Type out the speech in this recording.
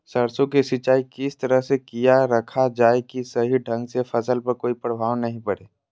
सरसों के सिंचाई किस तरह से किया रखा जाए कि सही ढंग से फसल पर कोई प्रभाव नहीं पड़े?